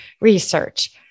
research